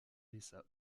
laissa